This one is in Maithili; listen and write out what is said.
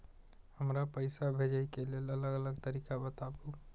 हमरा पैसा भेजै के लेल अलग अलग तरीका बताबु?